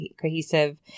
cohesive